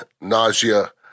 nausea